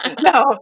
No